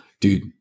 Dude